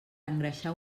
engreixar